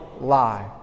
lie